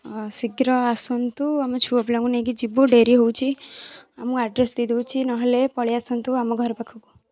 ଶୀଘ୍ର ଆସନ୍ତୁ ଆମେ ଛୁଆ ପିଲାଙ୍କୁ ନେଇକି ଯିବୁ ଡେରି ହଉଛି ମୁଁ ଆଡ଼୍ରେସ ଦେଇ ଦଉଛି ନ ହେଲେ ପଳିଆସନ୍ତୁ ଆମ ଘର ପାଖକୁ